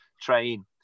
train